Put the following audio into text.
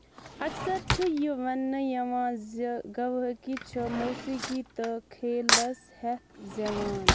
اَکثر چھُ یہِ وننہٕ یِوان زِ گَوٲیکی چھِ موسیٖقی تہٕ کھیلس ہٮ۪تھ زٮ۪وان